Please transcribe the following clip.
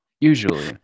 usually